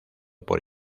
por